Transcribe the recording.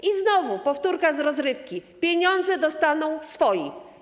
I znowu powtórka z rozrywki, pieniądze dostaną swoi.